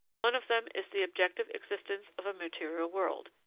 one of them is the objective existence of a material world.